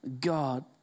God